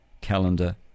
calendar